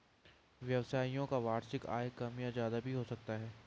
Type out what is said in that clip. व्यवसायियों का वार्षिक आय कम या ज्यादा भी हो सकता है